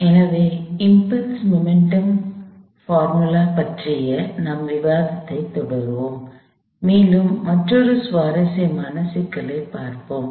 எனவே impulse momentum சூத்திரங்கள் பற்றிய நம் விவாதத்தைத் தொடருவோம் மேலும் மற்றொரு சுவாரஸ்யமான சிக்கலைப் பார்ப்போம்